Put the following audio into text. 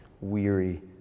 weary